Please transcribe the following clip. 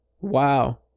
Wow